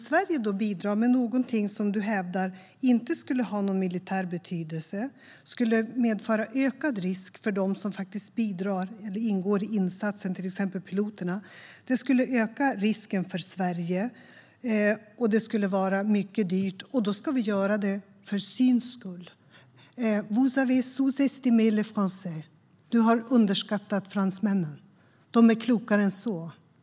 Sverige skulle bidra med någonting som du hävdar inte skulle ha någon militär betydelse, medföra ökad risk för dem som ingår i insatsen, till exempel piloterna, öka risken för Sverige och vara mycket dyrt, och vi skulle göra det för syns skull. Vous avez sous-estimé les Français. Du har underskattat fransmännen. De är klokare än så.